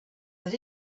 that